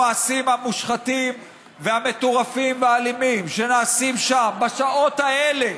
המעשים המושחתים והמטורפים והאלימים שנעשים שם בשעות האלה,